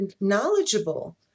knowledgeable